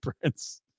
prince